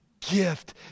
gift